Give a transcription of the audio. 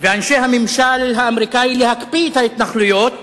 ואנשי הממשל האמריקני להקפיא את ההתנחלויות